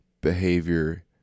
behavior